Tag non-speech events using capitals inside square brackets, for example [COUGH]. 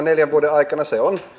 [UNINTELLIGIBLE] neljän vuoden aikana on